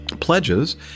Pledges